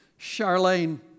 Charlene